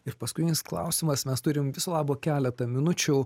ir paskutinis klausimas mes turim viso labo keletą minučių